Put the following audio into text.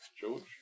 George